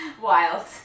Wild